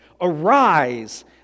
Arise